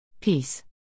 Peace